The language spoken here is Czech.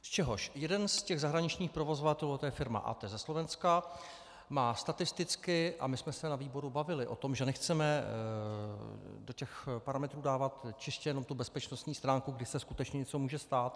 Z čehož jeden z těch zahraničních provozovatelů, to je firma ATE ze Slovenska, má statisticky a my jsme se na výboru bavili o tom, že nechceme do těch parametrů dávat čistě jenom tu bezpečnostní stránku, kdy se skutečně něco může stát.